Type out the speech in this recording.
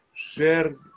Share